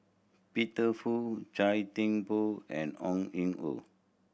Peter Fu Chia Thye Poh and Ong An Ooi